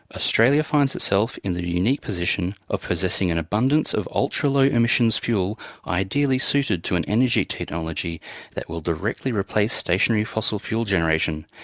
australia finds itself in the unique position of possessing an abundance of ultra-low emissions fuel ideally suited to an energy technology that will directly replace stationary fossil fuel generation,